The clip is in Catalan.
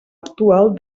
actual